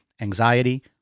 anxiety